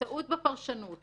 -- טעות בפרשנות,